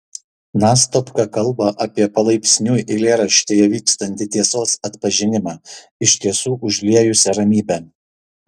nastopka kalba apie palaipsniui eilėraštyje vykstantį tiesos atpažinimą iš tiesų užliejusią ramybę